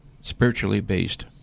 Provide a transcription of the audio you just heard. spiritually-based